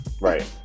right